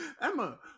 Emma